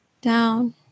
down